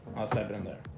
save it in there.